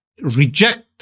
reject